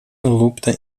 lupta